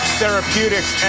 Therapeutics